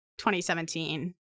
2017